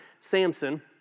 Samson